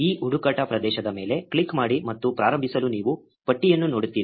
ಈ ಹುಡುಕಾಟ ಪ್ರದೇಶದ ಮೇಲೆ ಕ್ಲಿಕ್ ಮಾಡಿ ಮತ್ತು ಪ್ರಾರಂಭಿಸಲು ನೀವು ಪಟ್ಟಿಯನ್ನು ನೋಡುತ್ತೀರಿ